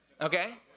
Okay